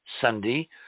Sunday